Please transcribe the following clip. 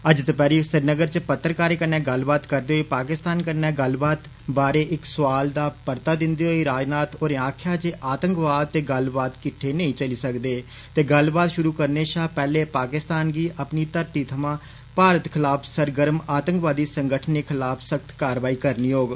अज्ज दपैहरी श्रीनगर च पत्रकारें कन्नै गल्लबात करदे होई पाकिस्तान कन्नै गल्लबात बारै इक सौआला दा परता दिन्दे होई राजनाथ होरें आक्खेआ जे आतंकवाद ते गल्लबात किट्टे नेईं चली सकदे ते गल्लबात शुरु करने शा पहले पाकिस्तान गी अपनी धरती थमां भारत खिलाफ सरगर्म आतंकवादी संगठनें खिलाफ सख्त कारवाई करनी होग